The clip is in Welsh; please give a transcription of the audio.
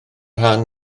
rhan